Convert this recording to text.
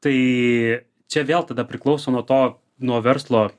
tai čia vėl tada priklauso nuo to nuo verslo